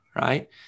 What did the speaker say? Right